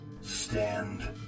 Stand